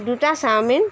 দুটা চাওমিন